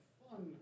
fun